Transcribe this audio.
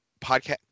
podcast